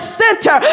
center